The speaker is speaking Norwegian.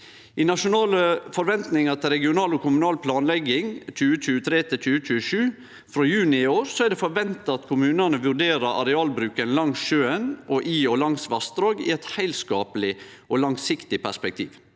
I Nasjonale forventninger til regional og kommunal planlegging 2023–2027, frå juni i år, er det forventa at kommunane vurderer arealbruken langs sjøen og i og langs vassdrag i eit heilskapleg og langsiktig perspektiv.